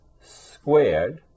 squared